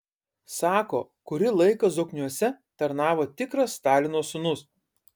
sako kurį laiką zokniuose tarnavo tikras stalino sūnus